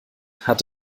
hat